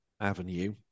avenue